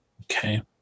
Okay